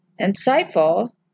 insightful